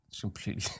completely